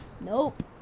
Nope